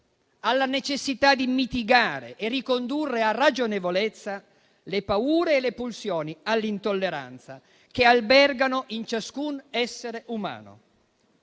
alla necessità di mitigare e ricondurre a ragionevolezza le paure e le pulsioni all'intolleranza che albergano in ciascun essere umano.